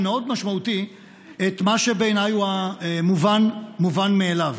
מאוד משמעותי את מה שבעיניי הוא המובן מאליו: